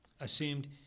assumed